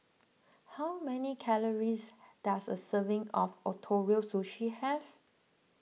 how many calories does a serving of Ootoro Sushi have